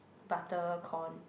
butter corn